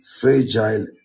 fragile